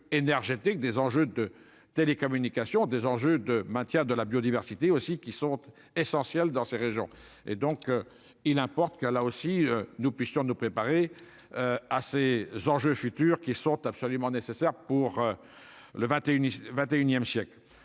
des enjeux énergétiques des enjeux de télécommunications des enjeux de maintien de la biodiversité aussi qui sont essentiels dans ces régions, et donc il importe qu'là aussi, nous puissions nous préparer à ces enjeux futurs qui sont absolument nécessaires pour le 21 21ème